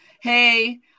Hey